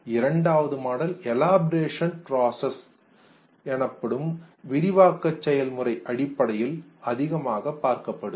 இரண்டாவது model elaboration பிராசஸின் விரிவாக்க செயல் முறை அடிப்படையில் அதிகம் பார்க்கப்படுவது